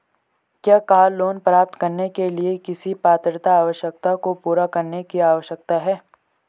क्या car loan प्राप्त करने के लिए किसी पात्रता आवश्यकता को पूरा करने की आवश्यकता है?